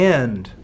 end